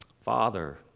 Father